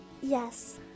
Yes